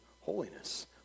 holiness